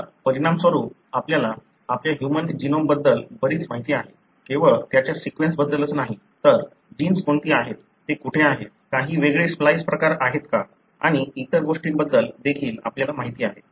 आता परिणामस्वरुप आपल्याला आपल्या ह्यूमन जीनोमबद्दल बरीच माहिती आहे केवळ त्याच्या सीक्वेन्स बद्दलच नाही तर जीन्स कोणती आहेत ते कुठे आहेत काही वेगळे स्प्लाईस प्रकार आहेत का आणि इतर गोष्टींबद्दल देखील आपल्याला माहिती आहे